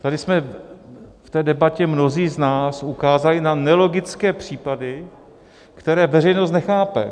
Tady jsme v té debatě mnozí z nás ukázali na nelogické případy, které veřejnost nechápe.